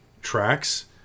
tracks